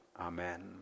Amen